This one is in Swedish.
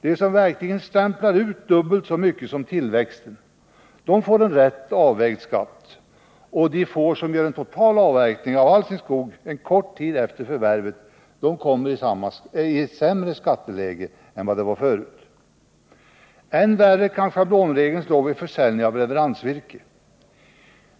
De som verkligen stämplar ut dubbelt så mycket som tillväxten får en rätt avvägd skatt, och de få som gör en total avverkning av all sin skog en kort tid efter förvärvet kommer i ett sämre skatteläge än förut. Än värre kan schablonregeln slå vid försäljning av leveransvirke.